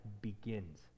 begins